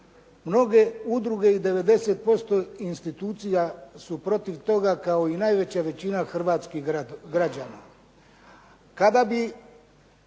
Mnoge udruge i 90% institucija su protiv toga kao i najveća većina hrvatskih građana.